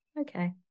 Okay